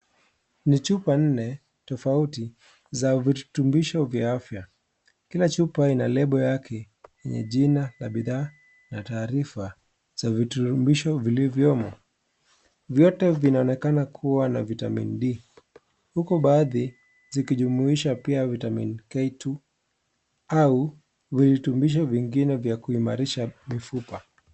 Ni chupa nne tofauti za virutubisho vya afya. Kila chupa ina lebo yake yenye jina la bidhaa na taarifa za virutubisho vilivyomo. Vyote vinaonekana kuwa na vitamin D ,huku baadhi zikijumuisha pia vitamin K2 au virutubisho vingine vya kuimarisha mifupa.